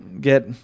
get